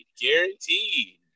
guaranteed